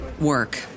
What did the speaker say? work